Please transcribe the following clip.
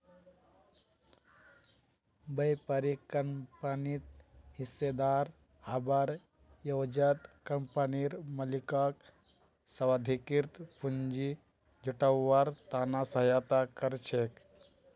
व्यापारी कंपनित हिस्सेदार हबार एवजत कंपनीर मालिकक स्वाधिकृत पूंजी जुटव्वार त न सहायता कर छेक